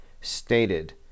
stated